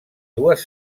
dues